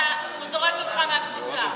הוא זורק אותך מהקבוצה.